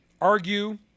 argue